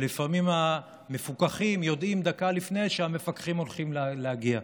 שלפעמים המפוקחים יודעים דקה לפני שהמפקחים הולכים להגיע,